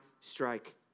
strike